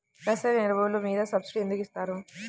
రసాయన ఎరువులు మీద సబ్సిడీ ఎందుకు ఇస్తారు?